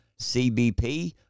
CBP